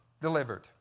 delivered